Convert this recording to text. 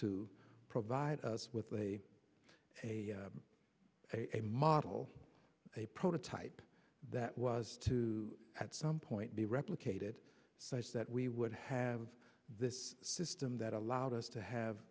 to provide us with a a model a prototype that was to at some point be replicated such that we would have this system that allowed us to have